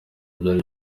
bari